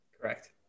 Correct